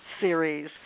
series